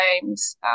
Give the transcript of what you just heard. games